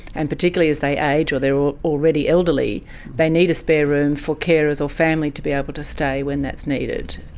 and particularly as they age or they're already elderly they need a spare room for carers or family to be able to stay when that's needed,